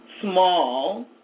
small